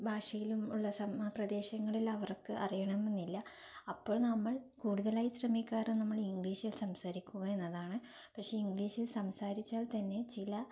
ഭാഷയിലും ഉള്ള സമ പ്രദേശങ്ങളിൽ അവർക്ക് അറിയണമെന്നില്ല അപ്പോൾ നമ്മൾ കൂടുതലായി ശ്രമിക്കാറ് നമ്മൾ ഇംഗ്ലീഷിൽ സംസാരിക്കുക എന്നതാണ് പക്ഷേ ഇംഗ്ലീഷിൽ സംസാരിച്ചാൽ തന്നെ ചില